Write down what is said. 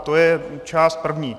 To je část první.